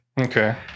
Okay